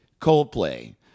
Coldplay